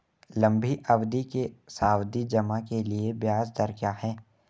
लंबी अवधि के सावधि जमा के लिए ब्याज दर क्या है?